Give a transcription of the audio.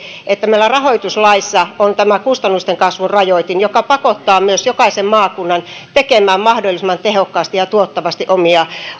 että meillä rahoituslaissa on tämä kustannusten kasvun rajoitin joka pakottaa myös jokaisen maakunnan tekemään mahdollisimman tehokkaasti ja tuottavasti omia